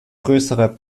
größerer